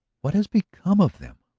what has become of them?